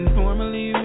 normally